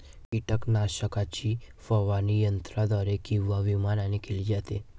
कीटकनाशकाची फवारणी यंत्राद्वारे किंवा विमानाने केली जाते